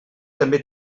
també